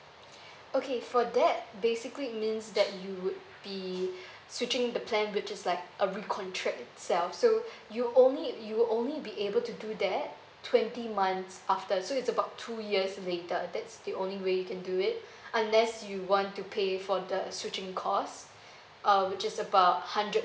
okay for that basically means that you would be switching the plan which is like a recontract itself so you only you will only be able to do that twenty months after so it's about two years later that's the only way you can do it unless you want to pay for the switching cost uh which is about hundred